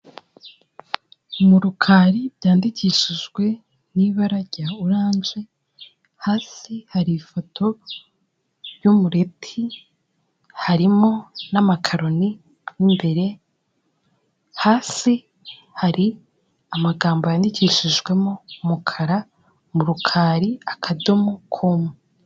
Murukali byandikishijwe n'ibara rya oranje, hasi hari ifoto y'umureti harimo n'amakaroni mo imbere, hasi hari amagambo yandikishijwemo umukara murukari akadomo komu.